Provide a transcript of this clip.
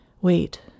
Wait